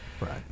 right